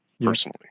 personally